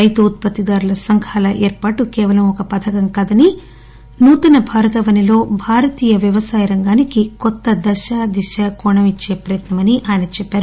రైతు ఉత్పత్తిదారుల సంఘాల ఏర్పాటు కేవలం ఒక పథకం కాదని నూతన భారతావనిలో భారతీయ వ్యవసాయ రంగానికి కొత్త దశ దిశ కోణం ఇచ్చే ప్రయత్నమని ఆయన చెప్పారు